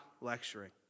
lecturing